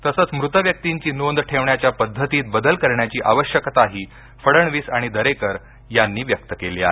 तसंच मृत व्यक्तींची नोंद ठेवण्याच्या पद्धतीत बदल करण्याची आवश्यकताही फडणवीस आणि दरेकर यांनी व्यक्त केली आहे